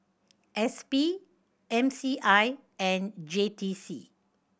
S P M C I and J T C